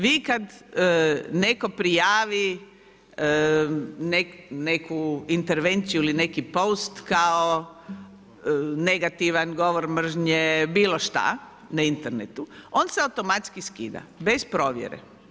Vi kada neko prijavi neku intervenciju ili neki poust kao negativan govor mržnje bilo šta na internetu on se automatski skida bez provjere.